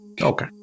Okay